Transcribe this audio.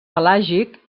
pelàgic